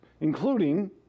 including